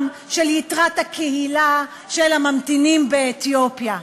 של יתר בני הקהילה הממתינים באתיופיה.